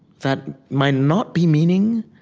that might not be meaning